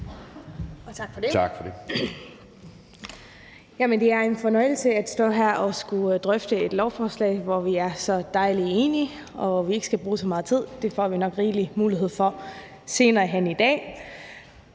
Tak for det.